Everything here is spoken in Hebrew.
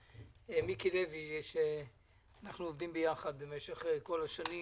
מיקי לוי, שאנחנו עובדים יחד כל השנים